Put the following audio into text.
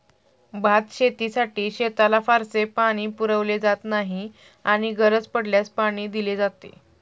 भातशेतीसाठी शेताला फारसे पाणी पुरवले जात नाही आणि गरज पडल्यास पाणी दिले जाते